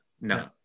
No